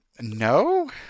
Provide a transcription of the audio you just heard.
No